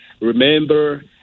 remember